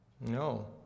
No